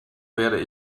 werde